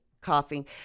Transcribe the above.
coughing